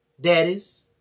daddies